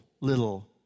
little